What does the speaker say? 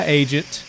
agent